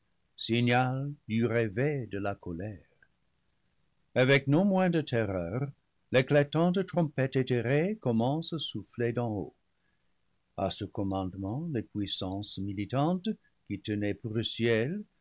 signal du réveil de la colère avec non moins de terreur l'éclatante trompette éthérée commence à souffler d'en haut à ce commandement les puis sances militantes qui tenaient pour le ciel